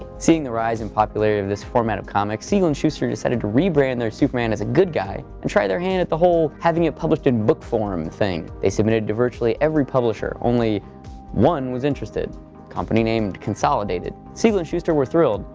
seeing the rise in popularity of this format of comics, siegel and shuster decided to re-brand their superman as a good guy, and try their hand at the whole having it published in book form thing. they submitted to virtually every publisher. only one was interested a company named consolidated. siegel and shuster were thrilled.